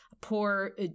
poor